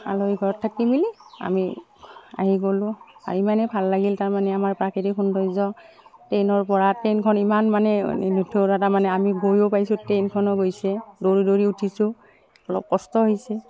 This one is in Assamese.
আলহী ঘৰত থাকি মেলি আমি আহি গ'লোঁ ইমানেই ভাল লাগিল তাৰমানে আমাৰ প্ৰাকৃতিক সৌন্দৰ্য ট্ৰেইনৰ পৰা ট্ৰেইনখন ইমান মানে তাৰমানে আমি গৈয়ো পাইছোঁ ট্ৰেইনখনো গৈছে দৌৰি দৌৰি উঠিছোঁ অলপ কষ্ট হৈছে